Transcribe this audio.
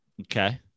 Okay